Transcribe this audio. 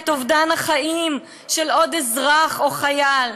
את אובדן החיים של עוד אזרח או חייל?